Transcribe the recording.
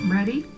ready